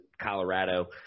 Colorado